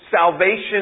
salvation